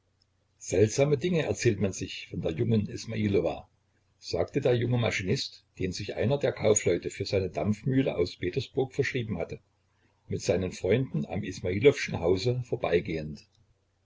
seltsame dinge erzählt man sich von der jungen ismailowa sagte der junge maschinist den sich einer der kaufleute für seine dampfmühle aus petersburg verschrieben hatte mit seinen freunden am ismailowschen hause vorbeigehend